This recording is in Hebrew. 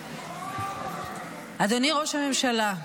אדוני ראש הממשלה,